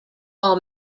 all